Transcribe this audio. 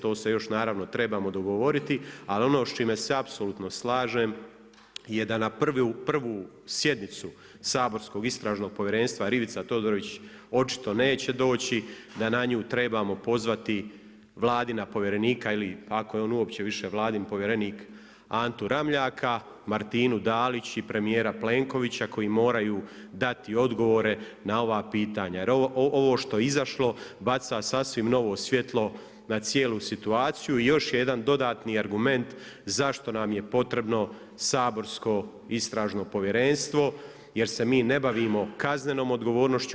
To se još naravno trebamo dogovoriti, ali ono s čime se apsolutno slažem je da na prvu sjednicu saborskom Istražnog povjerenstva Ivica Todorić očito neće doći, da na nju trebamo pozvati Vladina povjerenika ili ako je on uopće više Vladin povjerenik, Antu Ramljaka, Martinu Dalić i premijera Plenkovića koji moraj udati odgovore na ova pitanja jer ovo što je izašlo baca sasvim novo svjetlo na cijelu situaciju i još je jedan dodatni argument zašto nam je potrebno saborsko Istražno povjerenstvo jer se mi ne bavimo kaznenom odgovornošću.